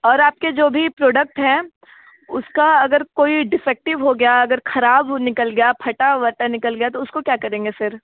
और आपके जो भी प्रोडक्ट है उसका अगर कोई डिफेक्टिव हो गया अगर खराब निकल गया फटा कटा निकल गया तो उसको क्या करेंगे फिर